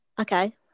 Okay